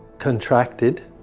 contracted,